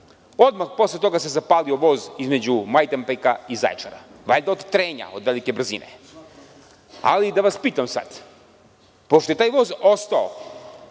Odmah posle toga se zapalio voz između Majdanpeka i Zaječara. Valjda od trenja, od velike brzine. Ali, da vas pitam sad. Pošto je taj voz ostao